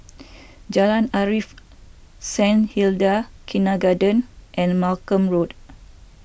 Jalan Arif Saint Hilda's Kindergarten and Malcolm Road